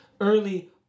early